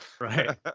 right